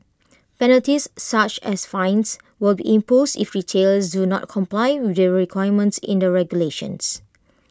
penalties such as fines will be imposed if retailers do not comply with their requirements in the regulations